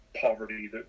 poverty